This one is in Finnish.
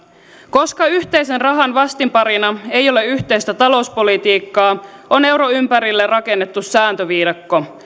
koska yhteisen rahan vastinparina ei ole yhteistä talouspolitiikkaa on euron ympärille rakennettu sääntöviidakko